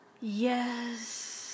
Yes